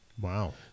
Wow